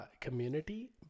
community